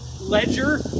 ledger